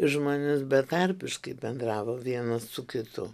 žmonės betarpiškai bendravo vienas su kitu